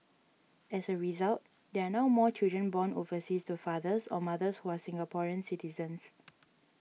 as a result there are now more children born overseas to fathers or mothers who are Singaporean citizens